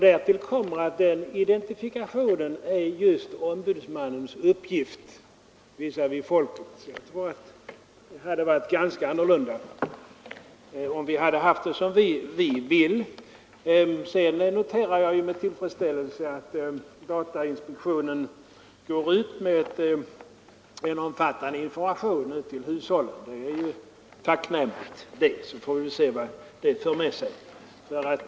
Därtill kommer att identifika tionen med den enskilde just är ombudsmannens uppgift Jag anser att det hade blivit ganska annorlunda om vi fått det som vi ville. Sedan noterar jag med tillfredsställelse att inspektionen går ut med en omfattande information till hushållen. Det är tacknämligt, och vi får se vad det för med sig.